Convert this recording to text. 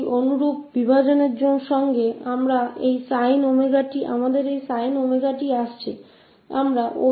अब आते है इस sinh 𝜔𝑡 पर उसी प्रकार के बंटवारे के साथ हम प्राप्त कर सकते है 𝜔s2 w2